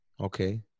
Okay